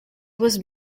was